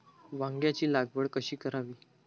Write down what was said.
वांग्यांची लागवड कशी करावी?